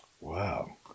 Wow